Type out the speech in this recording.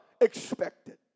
expected